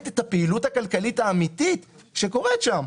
את הפעילות הכלכלית האמיתית שקורית שם.